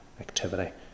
activity